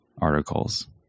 articles